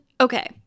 okay